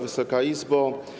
Wysoka Izbo!